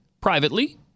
privately